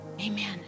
Amen